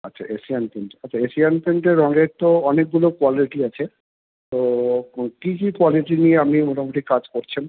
আচ্ছা Asian paint আচ্ছা Asian পেন্টের রঙের তো অনেকগুলো কোয়ালিটি আছে তো কী কী কোয়ালিটি নিয়ে আপনি মোটামুটি কাজ করছেন